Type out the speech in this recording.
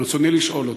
ברצוני לשאול אותך: